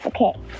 Okay